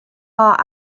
are